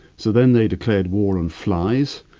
so then they declared war on flies.